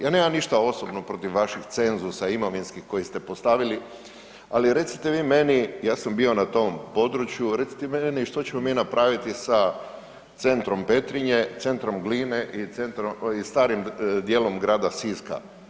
Ja nemam ništa osobno protiv vaših cenzusa imovinskih koji ste postavili, ali recite vi meni, ja sam bio na tom području, recite vi meni što ćemo mi napraviti sa centrom Petrinje, centrom Gline i starim dijelom grada Siska?